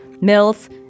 Mills